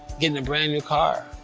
getting a brand new car.